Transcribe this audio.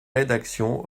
rédaction